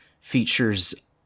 features